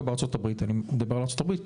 אני מדבר על ארצות הברית,